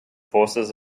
forces